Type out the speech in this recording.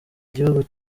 igihugu